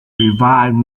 revived